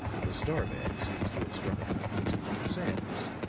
the star man seems to have struck up an acquaintance with sams,